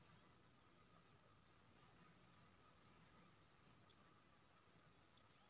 bond एकटा निबेशक द्वारा उधारकर्ता केँ देल गेल करजा केँ प्रतिनिधित्व करैत छै